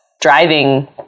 driving